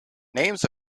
names